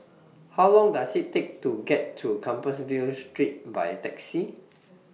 How Long Does IT Take to get to Compassvale Street By Taxi